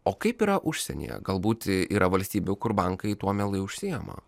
o kaip yra užsienyje galbūt yra valstybių kur bankai tuo mielai užsiima